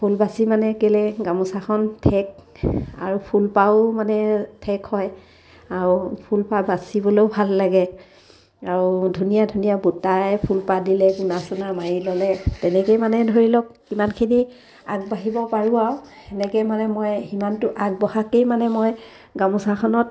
ফুল বাচি মানে কেলৈ গামোচাখন ঠেক আৰু ফুলপাহো মানে ঠেক হয় আৰু ফুলপাহ বাচিবলৈও ভাল লাগে আৰু ধুনীয়া ধুনীয়া বুটাই ফুলপাহ দিলে গুণা চোনা মাৰি ল'লে তেনেকৈয়ে মানে ধৰি লওক সিমানখিনি আগবাঢ়িব পাৰোঁ আৰু সেনেকৈয়ে মানে মই সিমানটো আগবঢ়াকেই মানে মই গামোচাখনত